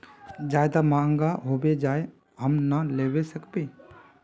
ज्यादा महंगा होबे जाए हम ना लेला सकेबे?